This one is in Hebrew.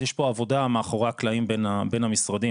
אז יש פה עבודה מאחורי הקלעים בין המשרדים,